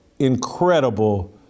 incredible